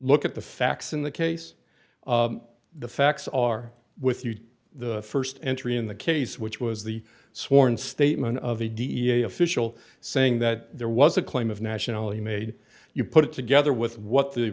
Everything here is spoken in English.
look at the facts in the case the facts are with you the st entry in the case which was the sworn statement of the d e a s official saying that there was a claim of nationally made you put it together with what the